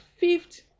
fifth